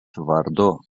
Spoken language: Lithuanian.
vardo